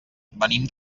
venim